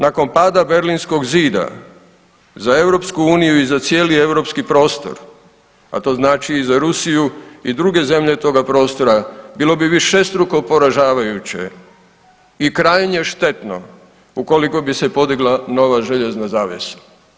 Nakon pada Berlinskog zida za EU i za cijeli europski prostor, a za to znači i za Rusiju i druge zemlje toga prostora, bilo bi višestruko poražavajuće i krajnje štetno ukoliko bi se podigla nova željezna zavjesa.